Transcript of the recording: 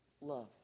love